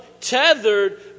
tethered